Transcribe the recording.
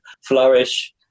flourish